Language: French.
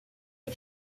est